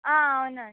అవునం